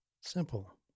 Simple